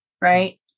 right